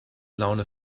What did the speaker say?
laune